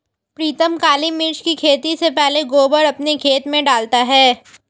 प्रीतम काली मिर्च की खेती से पहले गोबर अपने खेत में डालता है